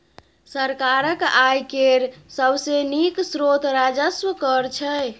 सरकारक आय केर सबसे नीक स्रोत राजस्व कर छै